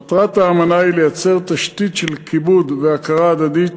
מטרת האמנה היא לייצר תשתית של כיבוד והכרה הדדית